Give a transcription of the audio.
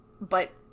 But-